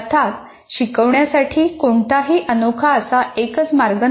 अर्थात शिकवण्यासाठी कोणताही अनोखा असा एकच मार्ग नाही